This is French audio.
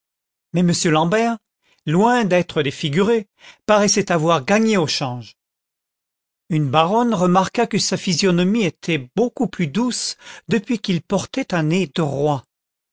mais m l'ambert loin d'être défiguré paraissait avoir gagné au change une baronne remarqua que sa physionomie était beaucoup plus douce depuis qu'il portait un nez droit